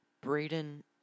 Braden